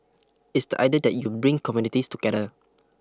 it's the idea that you bring communities together